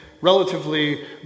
relatively